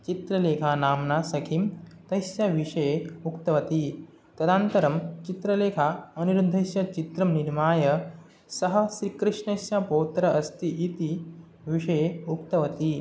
चित्रलेखानाम्ना सखी तस्य विषये उक्तवती तदनन्तरं चित्रलेखा अनिरुद्धस्य चित्रं निर्माय सः श्रीकृष्णस्य पौत्रः अस्ति इति विषये उक्तवती